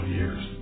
years